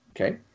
okay